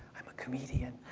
i'm a comedian.